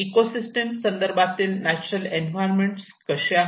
ecosystem संदर्भातील natural environment कसे आहे